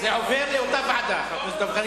זה עובר לאותה ועדה.